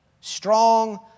strong